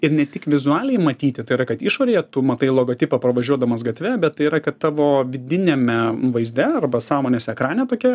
ir ne tik vizualiai matyti tai yra kad išorėje tu matai logotipą pravažiuodamas gatve bet tai yra ka tavo vidiniame vaizde arba sąmonės ekrane tokia